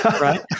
Right